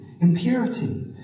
impurity